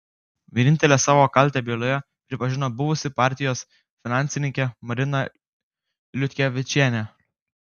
vienintelė savo kaltę byloje pripažino buvusi partijos finansininkė marina liutkevičienė